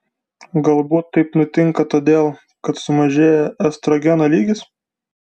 galbūt taip nutinka todėl kad sumažėja estrogeno lygis